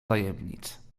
tajemnic